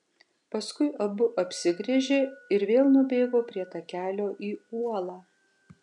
paskui abu apsigręžė ir vėl nubėgo prie takelio į uolą